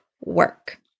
work